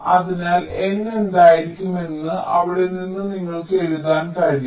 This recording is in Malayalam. അതിനാൽ N എന്തായിരിക്കുമെന്ന് അവിടെ നിന്ന് നിങ്ങൾക്ക് എഴുതാൻ കഴിയും